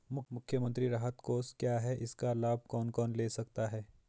मुख्यमंत्री राहत कोष क्या है इसका लाभ कौन कौन ले सकता है?